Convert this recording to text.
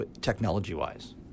technology-wise